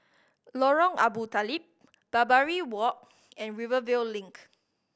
Lorong Abu Talib Barbary Walk and Rivervale Link